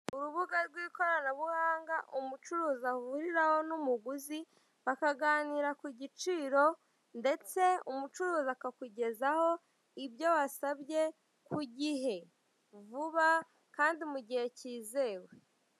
Urubuga rw'ibiranga umucuruzi ahuriraho n'umuhugi bazaganira ku giciro ndetse umucuruzi akakugezaho ibyo wasabye vuba kandi mugihe kizewe